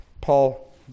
Paul